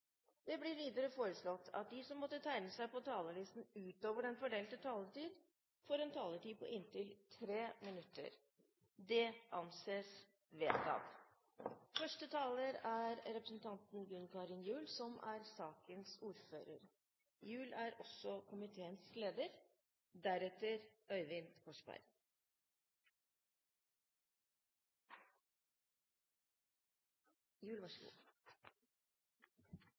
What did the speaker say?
Videre blir det foreslått at de som måtte tegne seg på talerlisten utover den fordelte taletid, får en taletid på inntil 3 minutter – Det anses vedtatt. Norges idrettsforbund feirer i år sitt 150-årsjubileum. Som